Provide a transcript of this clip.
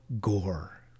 Gore